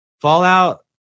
Fallout